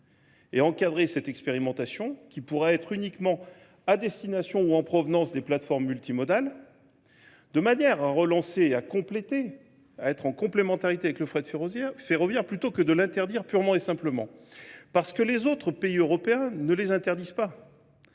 et encadrer cette expérimentation, qui pourra être uniquement à destination ou en provenance des plateformes multimodales, de manière à relancer, à compléter, à être en complémentarité avec le frais de ferroviaire plutôt que de l'interdire purement et simplement. Parce que les autres pays européens ne les interdisent pas.